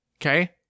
Okay